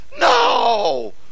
No